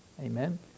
Amen